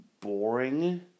boring